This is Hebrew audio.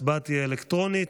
ההצבעה תהיה אלקטרונית.